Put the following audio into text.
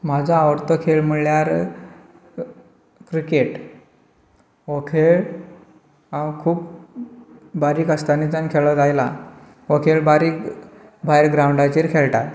म्हाजो आवडतो खेळ म्हळ्यार क्रिकेट हो खेळ हांव खूब बारीक आसतनाच्यान खेळत आयलां हो खेळ बारीक भायर ग्राउंडाचेर खेळटा